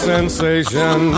sensation